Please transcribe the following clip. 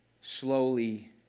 slowly